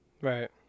Right